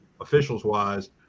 officials-wise